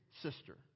sister